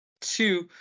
Two